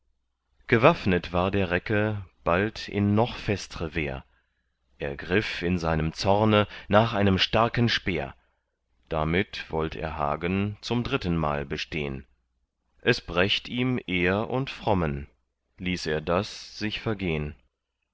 gewaffnet war der recke bald in noch festre wehr er griff in seinem zorne nach einem starken speer damit wollt er hagen zum drittenmal bestehn es brächt ihm ehr und frommen ließ er das sich vergehn